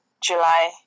July